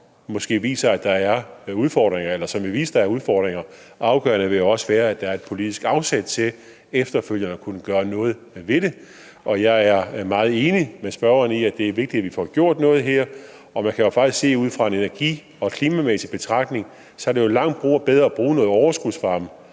jo ikke nok, at vi får en analyse, som vil vise, at der er udfordringer. Det afgørende vil være, at der også er et politisk afsæt til efterfølgende at gøre noget ved det. Og jeg er meget enig med spørgeren i, at det er vigtigt at få gjort noget. Man kan faktisk sige, at ud fra en energi- og klimamæssig betragtning er det jo langt bedre at bruge noget overskudsvarme,